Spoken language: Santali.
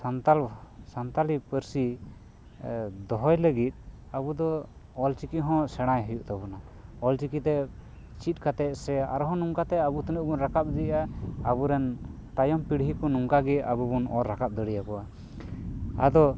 ᱥᱟᱱᱛᱟᱲ ᱥᱟᱱᱛᱟᱲᱤ ᱯᱟᱹᱨᱥᱤ ᱫᱚᱦᱚᱭ ᱞᱟᱹᱜᱤᱫ ᱟᱵᱚ ᱫᱚ ᱚᱞᱪᱤᱠᱤ ᱦᱚᱸ ᱥᱮᱬᱟᱭ ᱦᱩᱭᱩᱜ ᱛᱟᱵᱚᱱᱟ ᱚᱞᱪᱤᱠᱤ ᱛᱮ ᱪᱮᱫ ᱠᱟᱛᱮ ᱥᱮ ᱟᱨ ᱦᱚᱸ ᱱᱚᱝᱟ ᱠᱟᱛᱮ ᱟᱵᱚ ᱛᱤᱱᱟᱹᱜ ᱵᱚᱱ ᱨᱟᱠᱟᱵ ᱤᱫᱤᱜᱼᱟ ᱟᱵᱚ ᱨᱮᱱ ᱛᱟᱭᱚᱢ ᱯᱤᱲᱦᱤ ᱠᱚ ᱱᱚᱝᱠᱟ ᱜᱮ ᱟᱵᱚ ᱵᱚᱱ ᱚᱨ ᱨᱟᱠᱟᱵ ᱫᱟᱲᱮᱭᱟᱠᱚᱣᱟ ᱟᱫᱚ